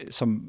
som